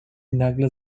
nagle